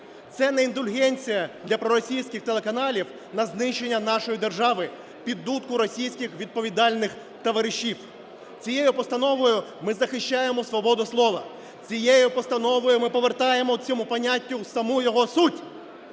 Це не індульгенція для проросійських телеканалів на знищення нашої держави під дудку російських відповідальних товаришів. Цією постановою ми захищаємо свободу слова. Цією постановою ми повертаємо цьому поняттю саму його суть!